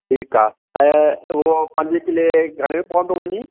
ठीकु आहे ऐं उहो पंज किले घणे पवंदो वञी